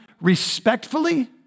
respectfully